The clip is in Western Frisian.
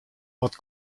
wat